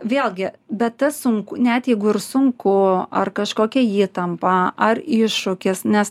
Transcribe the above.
vėlgi bet tas sunku net jeigu ir sunku ar kažkokia įtampa ar iššūkis nes